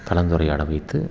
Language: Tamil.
கலந்துரையாட வைத்து